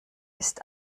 ist